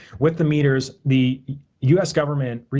with the meters, the u s. government